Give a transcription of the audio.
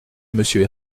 monsieur